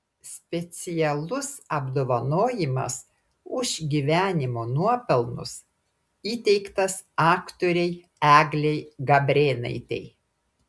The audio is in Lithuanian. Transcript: specialus apdovanojimas už gyvenimo nuopelnus įteiktas aktorei eglei gabrėnaitei